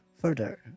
further